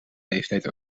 leeftijd